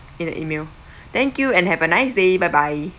in the email thank you and have a nice day bye bye